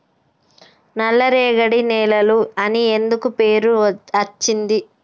నల్లరేగడి నేలలు అని ఎందుకు పేరు అచ్చింది?